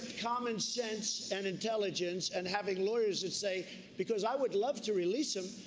common sense and intelligence, and having lawyers that say because i would love to release them.